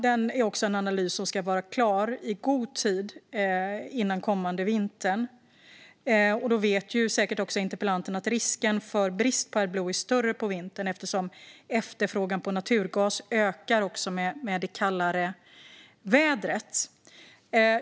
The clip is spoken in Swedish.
Det är en analys som ska vara klar i god tid före den kommande vintern. Interpellanten vet säkert att risken för brist på Adblue är större på vintern eftersom efterfrågan på naturgas ökar med kallare väder.